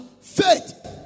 Faith